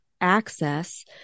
access